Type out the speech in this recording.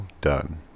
done